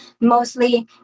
mostly